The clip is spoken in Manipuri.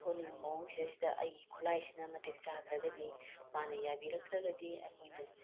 ꯊꯣꯛꯍꯟꯅꯤꯡꯕ ꯃꯑꯣꯡꯁꯤꯗꯩꯁꯤꯗ ꯑꯩꯒꯤ ꯈꯨꯠꯂꯥꯏꯁꯤꯅ ꯃꯇꯤꯛ ꯆꯥꯗ꯭ꯔꯒꯗꯤ ꯃꯥꯅ ꯌꯥꯕꯤꯔꯛꯇ꯭ꯔꯒꯗꯤ ꯑꯩꯈꯣꯏꯅ